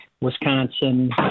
Wisconsin